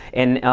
and